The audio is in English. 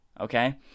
okay